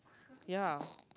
ya